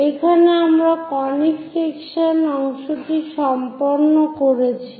এখানে আমরা conic section অংশটি সম্পন্ন করছি